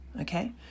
okay